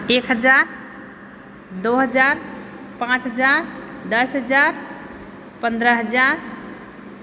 एक हजार दो हजार पाँच हजार दस हजार पंद्रह हजार